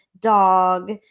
dog